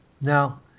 now